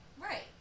Right